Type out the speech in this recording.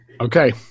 Okay